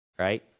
right